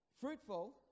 Fruitful